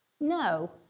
No